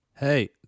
Hey